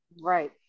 Right